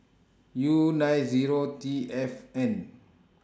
U nine Zero T F N